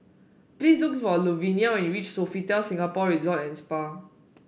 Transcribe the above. please look for Luvenia when you reach Sofitel Singapore Resort and Spa